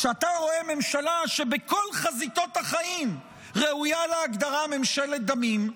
כשאתה רואה ממשלה שבכל חזיתות החיים ראויה להגדרה: ממשלת דמים,